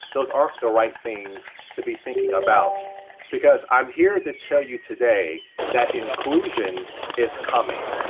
those aren't the right things to be thinking about because i'm here to tell you today that inclusion is coming.